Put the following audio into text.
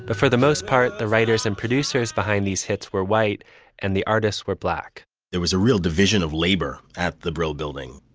but for the most part, the writers and producers behind these hits were white and the artists were black there was a real division of labor at the brill building,